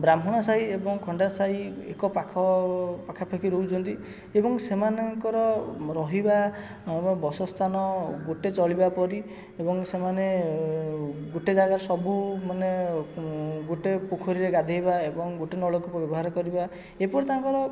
ବ୍ରାହ୍ମଣ ସାହି ଏବଂ ଖଣ୍ଡାୟତ ସାହୀ ଏକ ପାଖ ପାଖାପାଖି ରହୁଛନ୍ତି ଏବଂ ସେମାନଙ୍କର ରହିବା ଏବଂ ବାସ ସ୍ଥାନ ଗୋଟିଏ ଚଳିବା ପରି ଏବଂ ସେମାନେ ଗୋଟାଏ ଜାଗାରେ ସବୁ ମାନେ ଗୋଟାଏ ପୋଖରୀରେ ଗାଧୋଇବା ଏବଂ ଗୋଟାଏ ନଳକୂପ ବ୍ୟବହାର କରିବା ଏହିପରି ତାଙ୍କର